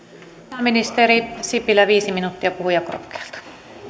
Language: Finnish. pääministeri sipilä viisi minuuttia puhujakorokkeelta